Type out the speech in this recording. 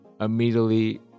immediately